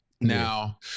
Now